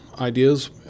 ideas